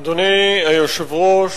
אדוני היושב-ראש,